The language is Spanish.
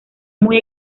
muy